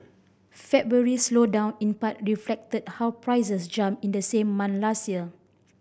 February's slowdown in part reflected how prices jumped in the same month last year